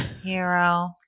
Hero